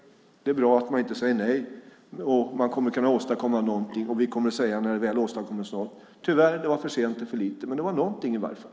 Det är bra att ni inte säger nej, och ni kan åstadkomma någonting. När det väl åstadkommes något kommer vi att säga att det tyvärr är för sent och för lite, men det är någonting i varje fall.